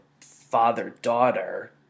father-daughter